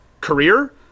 career